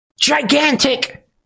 gigantic